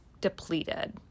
depleted